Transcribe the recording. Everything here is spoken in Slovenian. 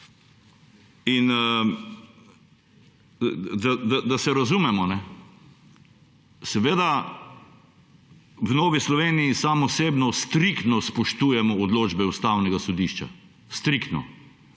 In da se razumemo, seveda v Novi Sloveniji in sam osebno striktno spoštujemo odločbe Ustavnega sodišča, striktno.